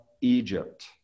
Egypt